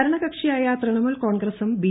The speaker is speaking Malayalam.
ഭരണ കക്ഷിയായ തൃണമൂൽ കോൺഗ്രസും ബി